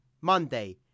Monday